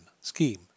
scheme